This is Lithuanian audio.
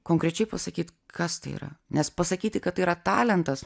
konkrečiai pasakyt kas tai yra nes pasakyti kad tai yra talentas